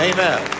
Amen